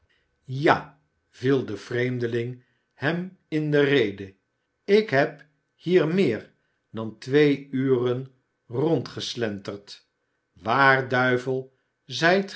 ja viel de vreemdeling hem in de rede ik heb hier meer dan twee uren rondgeslenterd waar duivel zijt